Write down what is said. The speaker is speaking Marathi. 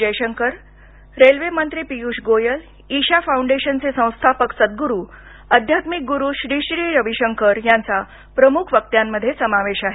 जयशकर रेल्वे मंत्री पियुष गोयल ईशा फोंडेशनचे संस्थापक सद्गुरू अध्यात्मिक गुरु श्री श्री रविशंकर यांचा प्रमुख वक्त्यांमध्ये समावेश आहे